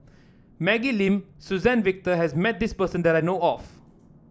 Maggie Lim Suzann Victor has met this person that I know of